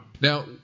Now